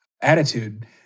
attitude